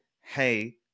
hey